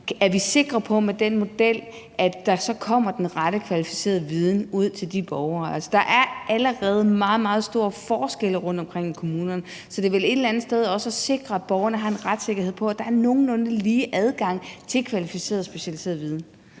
Er vi med den model sikre på, at der så kommer den rette kvalificerede viden ud til de borgere? Altså, der er allerede meget, meget stor forskel rundtomkring i kommunerne, så det er vel et eller andet sted også at sikre, at borgerne har en retssikkerhed for, at der er nogenlunde lige adgang til kvalificeret og specialiseret viden.